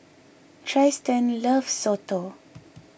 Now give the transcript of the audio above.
Tristin loves Soto